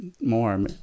more